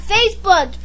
Facebook